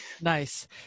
Nice